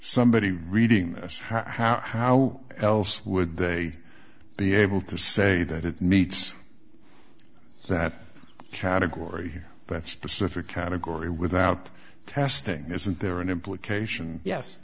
somebody reading this how else would they be able to say that it meets that category but specific category without testing isn't there an implication yes